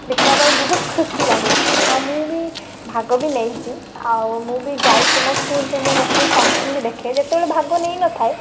ଦେଖିବା ପାଇଁ ବହୁତ ଖୁସି ଲାଗେ ଆଉ ମୁଁ ବି ଭାଗ ବି ନେଇଛି ଆଉ ମୁଁ ବି ଯାଇଛି ମୋ ସ୍କୁଲରେ ମୁଁ ବସି ଫଙ୍କସନ୍ ବି ଦେଖେ ଯେତେବେଳେ ଭାଗ ନେଇ ନଥାଏ